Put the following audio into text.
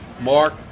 Mark